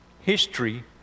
History